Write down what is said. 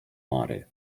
mary